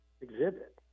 exhibit